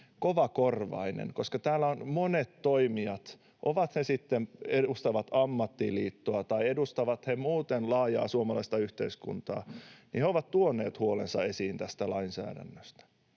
kovakorvaisia, koska täällä monet toimijat, edustavatpa he sitten ammattiliittoa tai muuten laajaa suomalaista yhteiskuntaa, ovat tuoneet huolensa esiin tästä lainsäädännöstä.